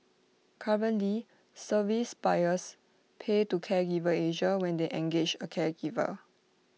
currently service buyers pay to Caregiver Asia when they engage A caregiver